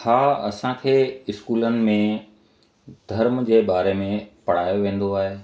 हा असांखे स्कूलनि में धर्म जे बारे में पढ़ायो वेंदो आहे